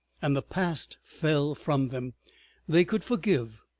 and the past fell from them they could forgive,